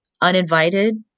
uninvited